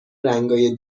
رنگای